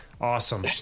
Awesome